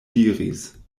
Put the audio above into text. diris